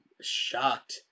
shocked